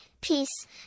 peace